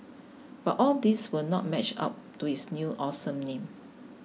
but all these will not match up to its new awesome name